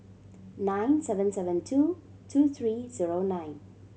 nine seven seven two two three zero nine